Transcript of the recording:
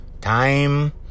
Time